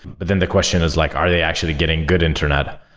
but then the question is like, are they actually getting good internet?